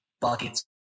buckets